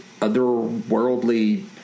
otherworldly